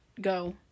go